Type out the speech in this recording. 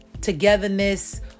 togetherness